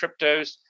cryptos